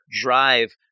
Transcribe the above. drive